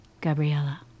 Gabriella